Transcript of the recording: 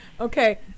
Okay